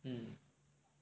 mm